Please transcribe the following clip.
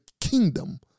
kingdom